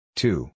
two